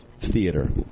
theater